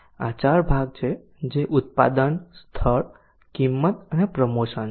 આ 4 ભાગ છે જે ઉત્પાદન સ્થળ કિંમત અને પ્રમોશન છે